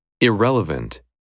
Irrelevant